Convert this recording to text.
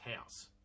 house